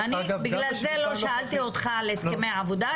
אני בגלל זה לא שאלתי אותך על הסכמי עבודה,